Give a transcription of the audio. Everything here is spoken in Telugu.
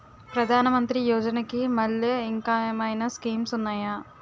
ప్రధాన మంత్రి యోజన కి మల్లె ఇంకేమైనా స్కీమ్స్ ఉన్నాయా?